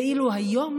ואילו היום